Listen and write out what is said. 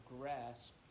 grasp